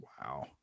Wow